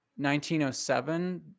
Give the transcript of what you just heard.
1907